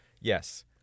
Yes